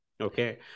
okay